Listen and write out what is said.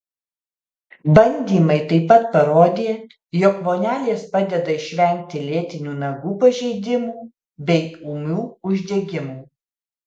bandymai taip pat parodė jog vonelės padeda išvengti lėtinių nagų pažeidimų bei ūmių uždegimų